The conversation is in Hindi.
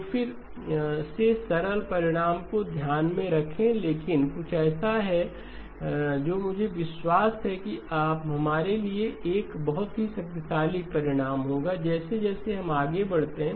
तो फिर से सरल परिणाम को ध्यान में रखें लेकिन कुछ ऐसा है जो मुझे विश्वास है कि हमारे लिए एक बहुत ही शक्तिशाली परिणाम होगा जैसे जैसे हम आगे बढ़ते हैं